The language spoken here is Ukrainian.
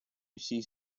всіх